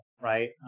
right